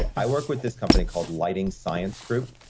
i work with this company called lighting science group.